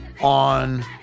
on